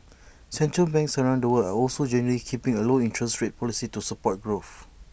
central banks around the world are also generally keeping A low interest rate policy to support growth